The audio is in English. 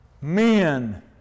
Men